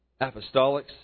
apostolics